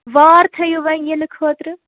وار تھٲیِو وَنۍ یِنہٕ خٲطرٕ